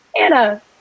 Anna